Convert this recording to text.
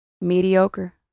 mediocre